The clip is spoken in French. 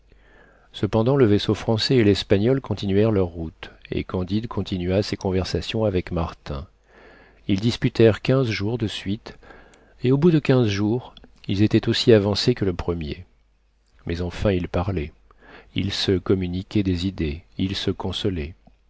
cependant le vaisseau français et l'espagnol continuèrent leur route et candide continua ses conversations avec martin ils disputèrent quinze jours de suite et au bout de quinze jours ils étaient aussi avancés que le premier mais enfin ils parlaient ils se communiquaient des idées ils se